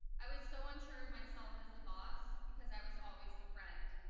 i was so unsure of myself as the boss because i was always the friend.